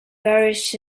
various